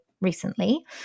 recently